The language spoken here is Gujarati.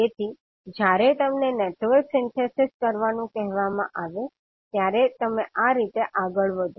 તેથી જ્યારે તમને નેટવર્ક સિન્થેસિસ કરવાનું કહેવામાં આવે ત્યારે તમે આ રીતે આગળ વધો